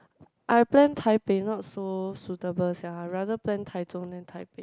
I plan Taipei not so suitable sia rather plan Taichung than Taipei